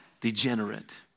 Degenerate